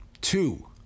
two